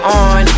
on